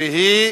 והיא